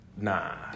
Nah